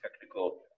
technical